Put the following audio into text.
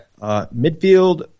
Midfield